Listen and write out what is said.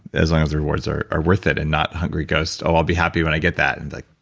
as long as the rewards are are worth it and not hungry ghost, oh i'll be happy when i get that and like,